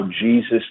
Jesus